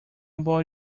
borrow